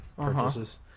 purchases